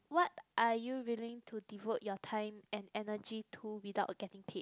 what are you willing to devote your time and energy to without getting paid